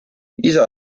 isa